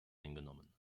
eingenommen